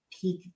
peak